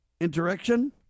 Interaction